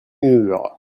mûres